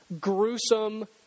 gruesome